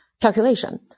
calculation